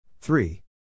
three